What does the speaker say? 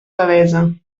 devesa